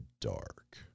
dark